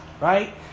right